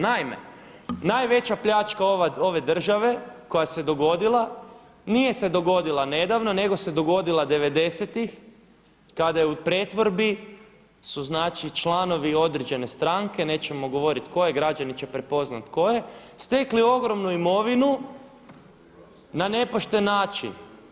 Naime, najveća pljačka ove države koja se dogodila, nije se dogodila nedavno nego se dogodila devedesetih kada je su u pretvorbi su članovi određene stranke, nećemo govoriti koje, građani će prepoznati koje, stekli ogromnu imovinu na nepošten način.